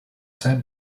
same